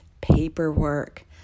paperwork